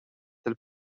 del